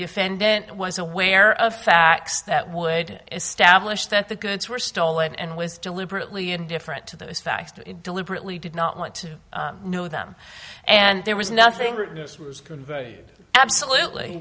defendant was aware of facts that would establish that the goods were stolen and was deliberately indifferent to those facts to deliberately did not want to know them and there was nothing absolutely